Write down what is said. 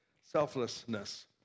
selflessness